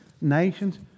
nations